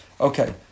Okay